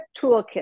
toolkit